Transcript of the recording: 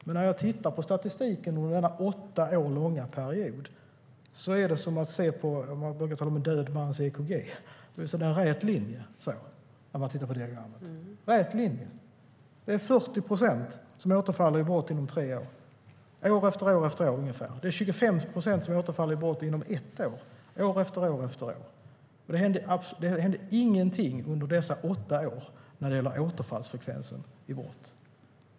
Men i statistiken över denna åtta år långa period är det som en död mans EKG - det är en rät linje i diagrammet. År efter år är det 40 procent som återfaller i brott inom tre år. År efter år är det 25 procent som återfaller i brott inom ett år. Det hände ingenting under dessa åtta år beträffande frekvensen för återfall i brott.